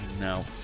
No